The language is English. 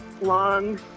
long